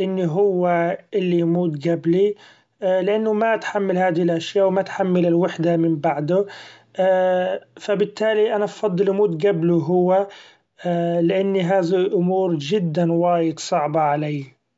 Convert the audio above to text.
إن هوا اللي يموت قبلي لأنو ما اتحمل هادي الأشياء و ما اتحمل الوحدة من بعدو ف بالتالي أنا بفضل اموت قبلو هوا لأنو هاذي الأمور جدا وايد صعبة علي.